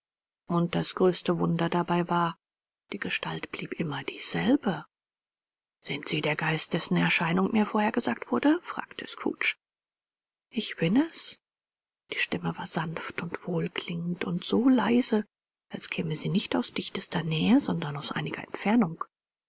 und das größte wunder dabei war die gestalt blieb immer dieselbe sind sie der geist dessen erscheinung mir vorhergesagt wurde fragte scrooge ich bin es die stimme war sanft und wohlklingend und so leise als käme sie nicht aus dichtester nähe sondern aus einiger entfernung